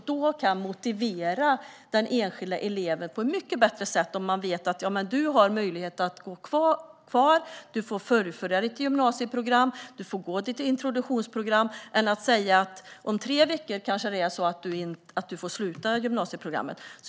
De kan motivera den enskilda eleven på ett mycket bättre sätt om de vet att denna har möjlighet att gå kvar - får fullfölja sitt gymnasieprogram eller får gå sitt introduktionsprogram - än att säga: Om tre veckor kanske du måste sluta gymnasieprogrammet.